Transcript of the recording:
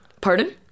Pardon